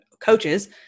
coaches